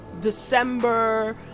December